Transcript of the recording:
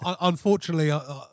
unfortunately